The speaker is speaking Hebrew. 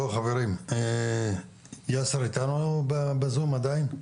כסרא סמיע נשאר, דנו בבית ג'ן.